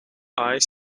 eyes